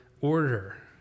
order